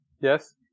Yes